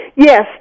Yes